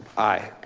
aye.